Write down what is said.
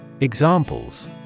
Examples